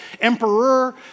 emperor